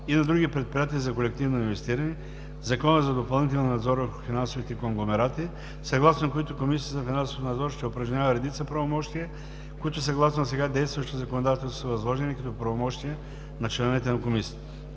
и на други предприятия за колективно инвестиране, Закона за допълнителния надзор върху финансовите конгломерати, съгласно които Комисията за финансов надзор ще упражнява редица правомощия, които съгласно сега действащото законодателство са възложени като правомощия на членовете на Комисията.